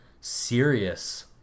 serious